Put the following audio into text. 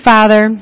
Father